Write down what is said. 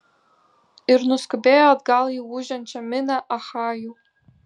ir nuskubėjo atgal į ūžiančią minią achajų